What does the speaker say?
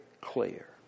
clear